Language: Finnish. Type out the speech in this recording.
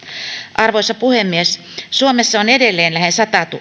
arvoisa puhemies suomessa on edelleen lähes